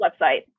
website